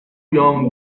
young